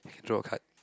okay draw a card